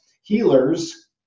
healers